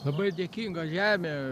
labai dėkinga žemė